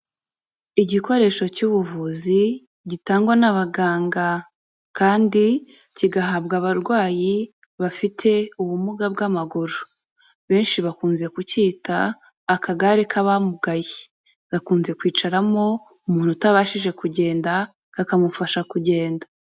Igikoresho cy'ubuvuzi gitangwa n'abaganga, kandi kigahabwa abarwayi bafite ubumuga bw'amaguru. Benshi bakunze kucyita akagare k'abamugaye. Gakunze kwicaramo umuntu utabashije kugenda, kakamufasha kugenda.